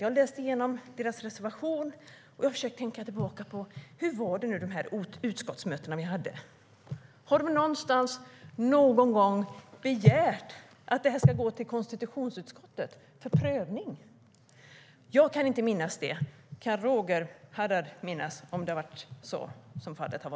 Jag har läst igenom deras reservation och har försökt tänka tillbaka på hur det var på de utskottsmöten som vi hade. Har de någonstans någon gång begärt att detta ska gå till konstitutionsutskottet för prövning?